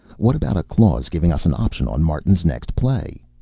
what about a clause giving us an option on martin's next play?